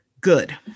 good